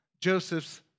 Joseph's